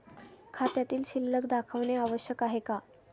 खात्यातील शिल्लक दाखवणे आवश्यक आहे का?